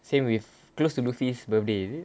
same with close to loofy's birthday is it